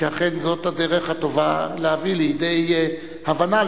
שאכן זאת הדרך הטובה להביא לידי הבנה,